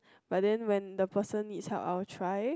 but then when the person need help I will try